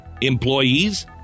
Employees